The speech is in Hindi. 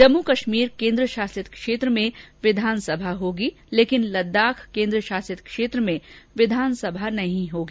जम्मू कश्मीर केन्द्रशासित क्षेत्र में विधानसभा भी होगी लेकिन लद्दाख कोन्द्र शासित क्षेत्र में विधानसभा नहीं होगी